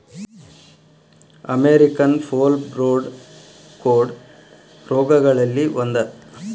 American foulbrood ಕೋಡ ರೋಗಗಳಲ್ಲಿ ಒಂದ